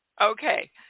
Okay